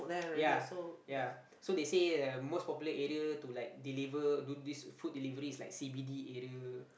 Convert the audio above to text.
ya ya so they say the most popular area to like deliver to do this food delivery is like c_b_d area